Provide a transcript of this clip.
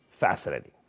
fascinating